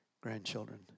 grandchildren